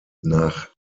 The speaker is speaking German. nach